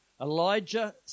Elijah